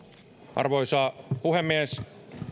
arvoisa puhemies olen